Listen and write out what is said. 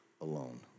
alone